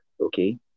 okay